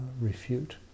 refute